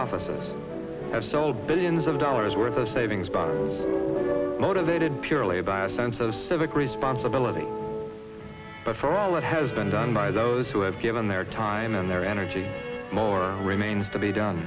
offices have sold billions of dollars worth of savings bonds motivated purely by a sense of civic responsibility but from what has been done by those who have given their time and their energy more remains to be done